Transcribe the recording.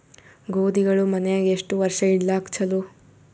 ಗೋಧಿಗಳು ಮನ್ಯಾಗ ಎಷ್ಟು ವರ್ಷ ಇಡಲಾಕ ಚಲೋ?